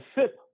sip